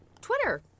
Twitter